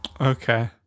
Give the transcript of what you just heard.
Okay